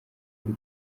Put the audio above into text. muri